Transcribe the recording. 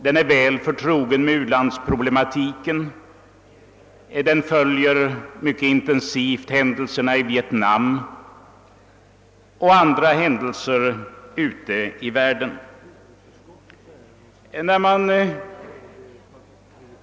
Den är väl förtrogen med u-landsproblematiken, den följer mycket intensivt händelserna i Vietnam och andra händelser ute i världen.